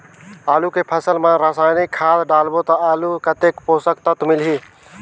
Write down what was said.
आलू के फसल मा रसायनिक खाद डालबो ता आलू कतेक पोषक तत्व मिलही?